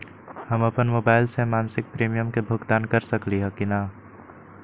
हम अपन मोबाइल से मासिक प्रीमियम के भुगतान कर सकली ह की न?